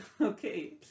Okay